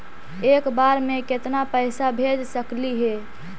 एक बार मे केतना पैसा भेज सकली हे?